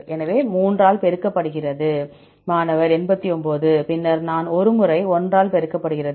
எனவே 3 ஆல் பெருக்கப்படுகிறது மாணவர் 89 பின்னர் நான் 1 முறை 1 ஆல் பெருக்கப்படுகிறது